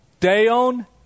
Deon